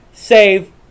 save